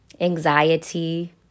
anxiety